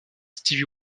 stevie